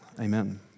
Amen